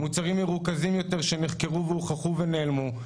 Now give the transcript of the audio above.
מוצרים מרוכזים יותר שנחקרו והוכחו ונעלמו.